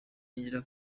yinjira